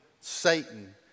Satan